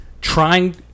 trying